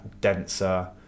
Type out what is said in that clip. denser